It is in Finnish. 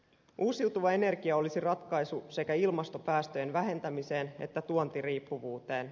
uusiutuva energia olisi ratkaisu sekä ilmastopäästöjen vähentämiseen että tuontiriippuvuuteen